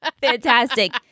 Fantastic